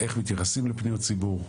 איך מתייחסים לפניות ציבור,